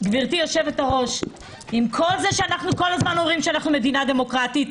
גברתי היושבת-ראש: עם כל זה שאומרים שאנחנו מדינה דמוקרטית,